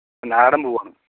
നാടൻ പൂവാണ്